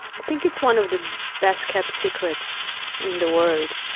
i think it's one of the best-kept secrets in the world,